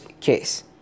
case